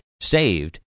saved